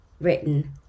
written